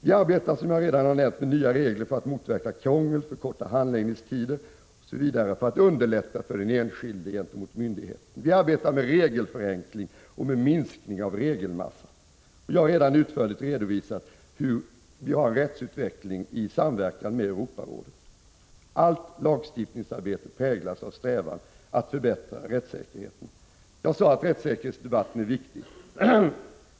Vi arbetar, som jag redan har nämnt, med förslag till nya regler som syftar till att motverka krångel, förkorta handläggningstider osv. för att underlätta för den enskilde gentemot myndigheten. Vidare arbetar vi med regelförenkling och med en minskning av regelmassan. Jag har redan utförligt redogjort för den rättsutveckling som sker i samverkan med Europarådet. Allt lagstiftningsarbete präglas av strävan att förbättra rättssäkerheten. Jag sade att rättssäkerhetsdebatten är viktig.